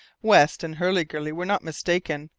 west and hurliguerly were not mistaken.